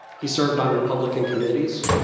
he served on republican committees.